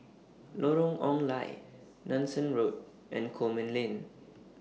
Lorong Ong Lye Nanson Road and Coleman Lane